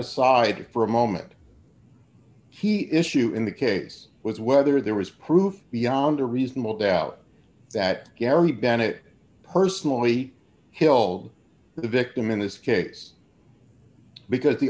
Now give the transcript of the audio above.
aside for a moment he issue in the case was whether there was proof beyond a reasonable doubt that gary bennett personally kill the victim in this case because the